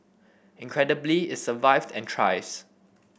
incredibly it survived and thrives